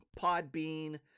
Podbean